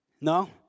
No